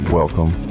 welcome